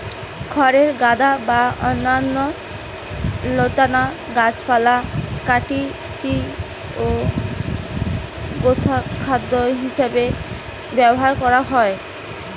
খড়ের গাদা বা অন্যান্য লতানা গাছপালা কাটিকি গোখাদ্য হিসেবে ব্যবহার করা হয়